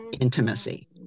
intimacy